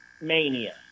mania